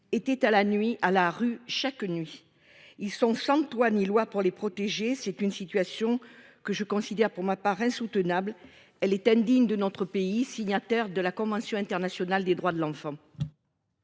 nuit à la rue. Chaque nuit, ils sont sans toit ni loi pour les protéger. C'est une situation que je considère pour ma part insoutenable. Elle est indigne de notre pays signataires de la convention internationale des droits de l'enfant.